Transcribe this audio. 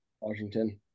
Washington